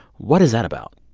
what is that about?